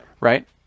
Right